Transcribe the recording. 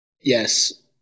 yes